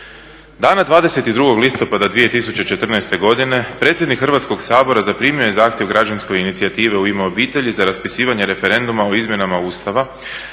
Dana 22. listopada 2014. godine predsjednik Hrvatskog sabora zaprimio je zahtjev građanske inicijative "U ime obitelji" za raspisivanje referenduma o izmjenama Ustava